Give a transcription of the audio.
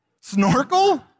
Snorkel